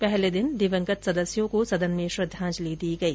पहले दिन दिवंगत सदस्यों को सदन में श्रद्वाजंलि दी गई